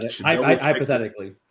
Hypothetically